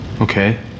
okay